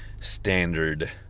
standard